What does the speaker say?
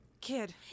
kid